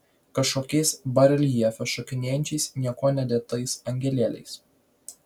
kažkokiais bareljefe šokinėjančiais niekuo nedėtais angelėliais